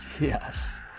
yes